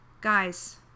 Guys